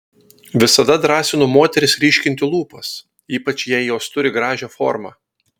visada drąsinu moteris ryškinti lūpas ypač jei jos turi gražią formą